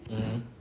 mmhmm